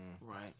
Right